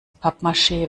pappmaschee